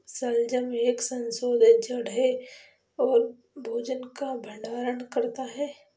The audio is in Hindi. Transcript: शलजम एक संशोधित जड़ है और भोजन का भंडारण करता है